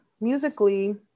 musically